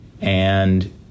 And-